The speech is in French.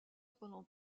pendant